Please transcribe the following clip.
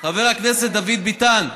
חבר הכנסת דוד ביטן,